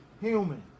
Human